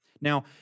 Now